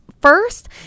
first